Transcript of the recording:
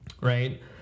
right